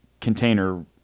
container